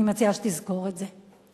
אני מציעה שתזכור את זה.